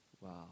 Wow